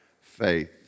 faith